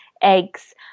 eggs